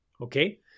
okay